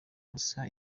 gusa